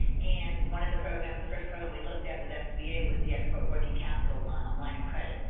and one of the programs, the first program we looked at with sba was the export working capital line of credit,